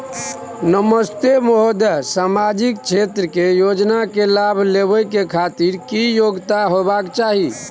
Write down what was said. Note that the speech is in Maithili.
नमस्ते महोदय, सामाजिक क्षेत्र के योजना के लाभ लेबै के खातिर की योग्यता होबाक चाही?